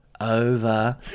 Over